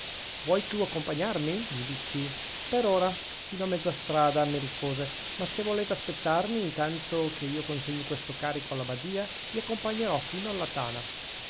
vuoi tu accompagnarmi gli dissi per ora fino a mezza strada mi rispose ma se volete aspettarmi tanto che io consegni questo carico alla badìa vi accompagnerò fino alla tana